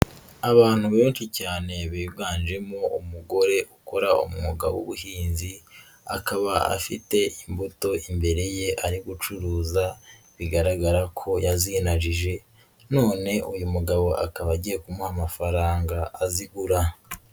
Abantu benshi cyane biganjemo umugore ukora umwuga w'ubuhinzi akaba afite imbuto imbere ye ari gucuruza bigaragara ko yazigije none uyu mugabo akaba agiye kumuha amafaranga azigura.